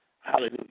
Hallelujah